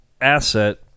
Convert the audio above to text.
asset